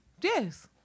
Yes